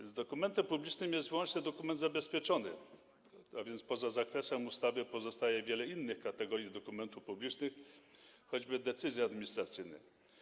A więc dokumentem publicznym jest wyłącznie dokument zabezpieczony, czyli poza zakresem ustawy pozostaje wiele innych kategorii dokumentów publicznych, choćby decyzji administracyjnych.